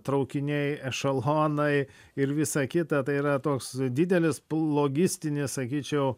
traukiniai ešelonai ir visa kita tai yra toks didelis logistinis sakyčiau